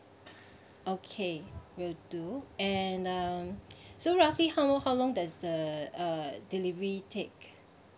okay will do and um so roughly how long how long does the uh delivery take